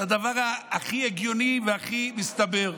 זה הדבר הכי הגיוני והכי מסתבר.